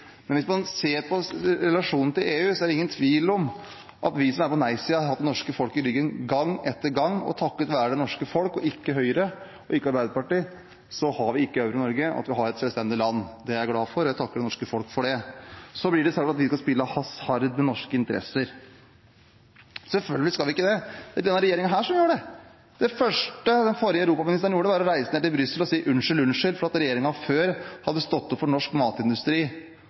Men hvis man ser på relasjonen til EU, er det ingen tvil om at vi som er på nei-siden, har hatt det norske folk i ryggen gang etter gang. Takket være det norske folk og ikke Høyre og ikke Arbeiderpartiet har vi ikke euro i Norge og er et selvstendig land. Det er jeg glad for – jeg takker det norske folk for det. Så blir det sagt at vi vil spille hasard med norske interesser. Selvfølgelig vil vi ikke det. Det er denne regjeringen som gjør det. Det første den forrige europaministeren gjorde, var å reise ned til Brussel og si unnskyld, unnskyld for at regjeringen før hadde stått opp for norsk matindustri,